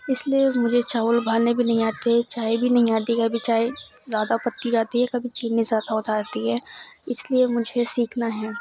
اس لیے مجھے چاول ابالنے بھی نہیں آتے چائے بھی نہیں آتی کبھی چائے زیادہ پتی ہو جاتی ہے کبھی چینی زیادہ ہو جاتی ہے اس لیے مجھے سیکھنا ہیں